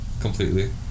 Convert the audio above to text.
completely